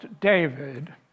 David